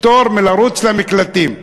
פטור מלרוץ למקלטים,